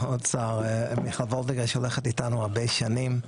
האוצר מיכל וולדיגר שהולכת איתנו הרבה שנים.